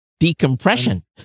Decompression